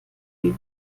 wie